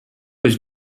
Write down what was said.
was